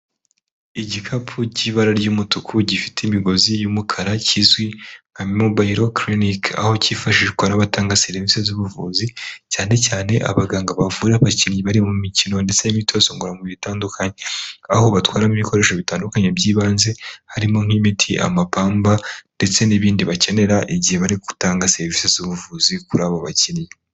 Igikapu cy'ibara ry'umutuku gifite imigozi y'umukara kizwi nka mobayiro kiriniki aho cyifashishwa n'abatanga serivisi z'ubuvuzi cyane cyane abaganga bavura abakinnyi bari mu mikino ndetse n'imyitozo ngoramubiri itandukanye aho batwaramo ibikoresho bitandukanye by'ibanze harimo nk'imiti, amapamba ndetse n'ibindi bakenera igihe bari gutanga serivisi z'ubuvuzi kuri abo bakinnyi.